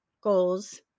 goals